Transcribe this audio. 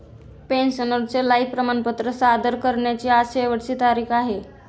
पेन्शनरचे लाइफ प्रमाणपत्र सादर करण्याची आज शेवटची तारीख आहे